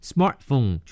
Smartphone